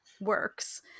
works